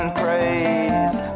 praise